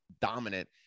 dominant